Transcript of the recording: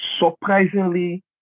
surprisingly